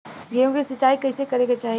गेहूँ के सिंचाई कइसे करे के चाही?